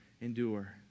endure